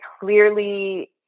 clearly